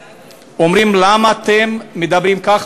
אומרים: למה אתם מדברים כך,